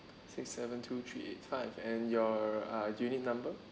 six seven two three eight five and your uh unit number